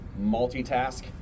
multitask